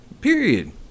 Period